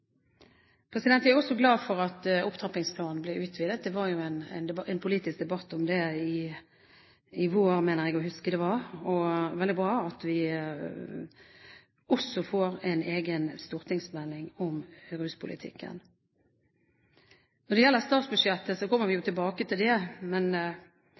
Jeg er også glad for at opptrappingsplanen blir utvidet. Det var jo en politisk debatt om det i vår – mener jeg å huske – og det er veldig bra at vi også får en egen stortingsmelding om ruspolitikken. Når det gjelder statsbudsjettet, kommer vi jo tilbake til det. Men